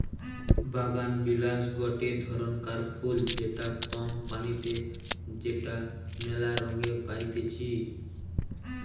বাগানবিলাস গটে ধরণকার ফুল যেটা কম পানিতে যেটা মেলা রঙে পাইতিছি